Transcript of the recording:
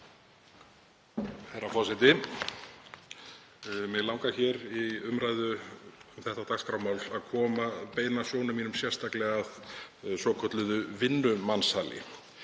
Herra forseti. Mig langar hér í umræðu um þetta dagskrármál að beina sjónum mínum sérstaklega að svokölluðu vinnumansali.